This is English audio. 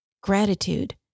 gratitude